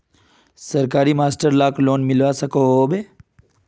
सरकारी मास्टर लाक लोन मिलवा सकोहो होबे?